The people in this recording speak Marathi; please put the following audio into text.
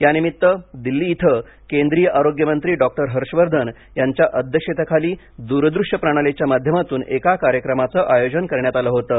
यानिमित्त दिल्ली इथं केंद्रीय आरोग्यमंत्री डॉक्टर हर्षवर्धन यांच्या अध्यक्षतेखाली दुरुदृश्य प्रणालीच्या माध्यमातून एका कार्यक्रमाचं आयोजन करण्यात आलं होतं